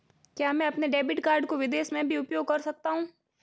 क्या मैं अपने डेबिट कार्ड को विदेश में भी उपयोग कर सकता हूं?